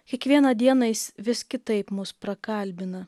kiekvieną dieną jis vis kitaip mus prakalbina